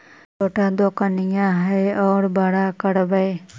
छोटा दोकनिया है ओरा बड़ा करवै?